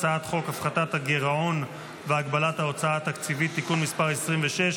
הצעת חוק הפחתת הגירעון והגבלת ההוצאה התקציבית (תיקון מס' 26),